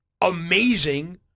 amazing